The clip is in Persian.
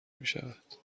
میشود